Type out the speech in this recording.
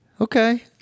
Okay